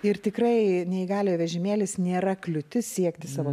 ir tikrai neįgaliojo vežimėlis nėra kliūtis siekti savo